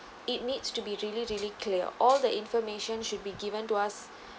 it needs to be really really clear all the information should be given to us